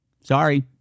Sorry